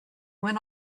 went